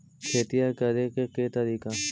खेतिया करेके के तारिका?